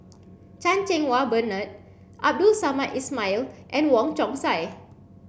Chan Cheng Wah Bernard Abdul Samad Ismail and Wong Chong Sai